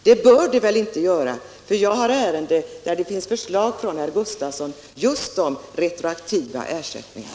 Så borde inte vara fallet; jag känner till ärenden med förslag från herr Gustavsson som just gäller retroaktiva ersättningar.